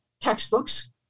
textbooks